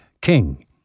King